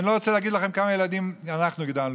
אני לא רוצה להגיד לכם כמה ילדים אנחנו גידלנו,